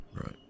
Right